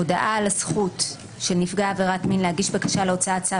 הודעה על הזכות של נפגע עבירת מין להגיש בקשה להוצאת צו